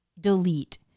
delete